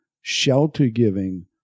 shelter-giving